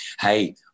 hey